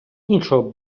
іншого